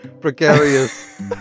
precarious